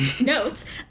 notes